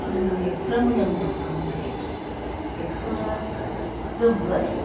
एक्टरा मोजां मोजांखामोन एक्टरा गोमबोर